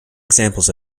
examples